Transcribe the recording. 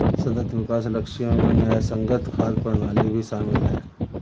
सतत विकास लक्ष्यों में न्यायसंगत खाद्य प्रणाली भी शामिल है